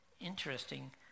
Interesting